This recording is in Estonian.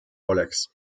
oleks